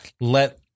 let –